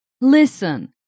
listen